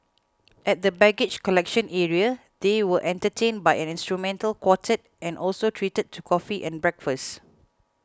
at the baggage collection area they were entertained by an instrumental quartet and also treated to coffee and breakfast